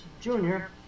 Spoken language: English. junior